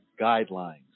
guidelines